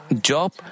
Job